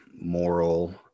moral